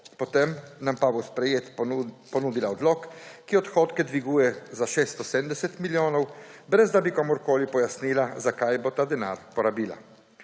potem nam pa v sprejetje ponudila odlok, ki odhodke dviguje za 670 milijonov, ne da bi komurkoli pojasnila, za kaj bo ta denar porabila.